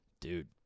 Dude